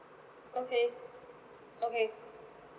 okay okay